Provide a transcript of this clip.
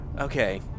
Okay